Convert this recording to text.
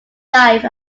life